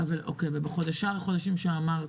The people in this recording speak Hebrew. אוקיי, בשאר החודשים שאמרת,